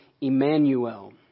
Emmanuel